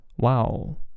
Wow